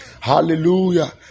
Hallelujah